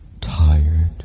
tired